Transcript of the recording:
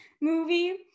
movie